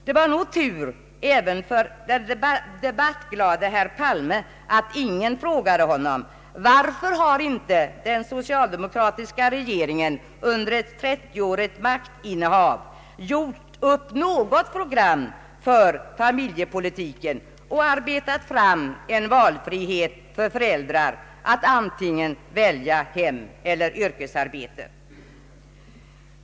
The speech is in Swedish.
Det var nog tur även för den debattglade herr Palme att ingen frågade honom varför den socialdemokratiska regeringen under ett 30-årigt maktinnehav inte gjort upp något program för familjepolitiken och arbetat fram en valfrihet för föräldrar att välja antingen hemeller yrkesarbete.